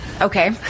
Okay